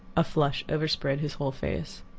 a flush overspread his whole face.